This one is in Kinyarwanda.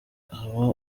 haba